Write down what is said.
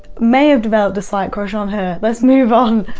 may have developed a slight crush on her. let's move on.